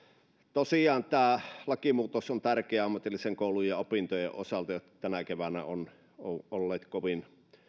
tosiaan tämä lakimuutos on tärkeä ammatillisen koulutuksen opintojen osalta jotka tänä keväänä ovat olleet kovin